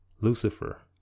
Lucifer